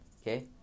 Okay